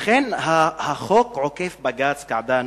אכן חוק עוקף בג"ץ קעדאן,